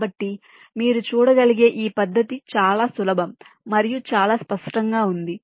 కాబట్టి మీరు చూడగలిగే ఈ పద్ధతి చాలా సులభం మరియు చాలా స్పష్టంగా ఉంది